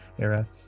era